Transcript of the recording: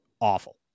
awful